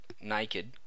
naked